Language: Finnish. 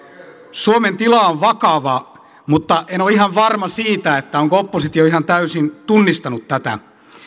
suomen tila on vakava mutta en ole ihan varma siitä onko oppositio ihan täysin tunnistanut tätä käy